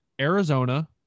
Arizona